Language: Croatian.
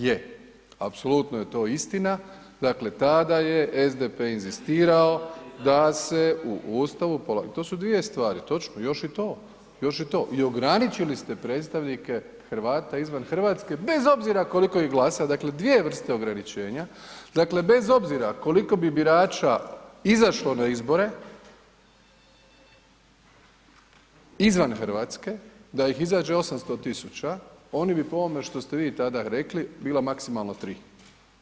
Je, apsolutno je to istina, dakle tada je SDP inzistirao da se u Ustavu, polako, to su dvije stvari, to ću, još i to, još i to i ograničili ste predstavnike Hrvata izvan Hrvatske bez obzira koliko ih glasa, dakle dvije vrste ograničenja, dakle bez obzira koliko bi birača izašlo na izbore izvan Hrvatske, da ih izađe 800 tisuća, oni bi po ovome što ste vi tada rekli bilo maksimalno tri.